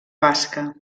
basca